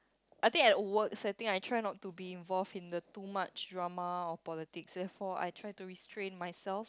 I think at work I think I try not to be involved in the too much drama or politics therefore I try to restrain myself